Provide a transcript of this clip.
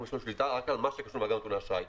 יש לנו שליטה רק על מה שקשור למאגר נתוני אשראי.